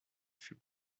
fut